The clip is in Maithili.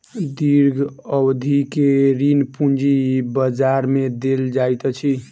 दीर्घ अवधि के ऋण पूंजी बजार में देल जाइत अछि